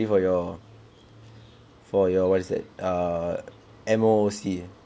for your for your what's that um M_O_C